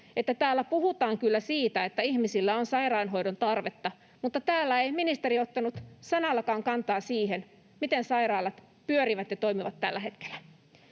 täällä puhutaan kyllä siitä, että ihmisillä on sairaanhoidon tarvetta, mutta täällä ei ministeri ottanut sanallakaan kantaa siihen, miten sairaalat pyörivät ja toimivat tällä hetkellä.